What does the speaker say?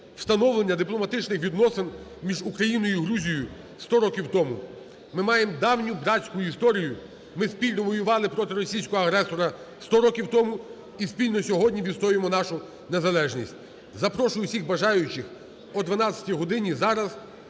встановлення дипломатичних відносин між Україною і Грузією 100 років тому. Ми маємо давню братську історію, ми спільно воювали проти російського агресора 100 років тому і спільно сьогодні відстоюємо нашу незалежність. Запрошую усіх бажаючих о 12 годині, зараз